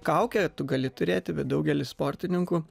kaukę tu gali turėti bet daugelis sportininkų